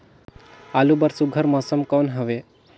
आलू बर सुघ्घर मौसम कौन हवे?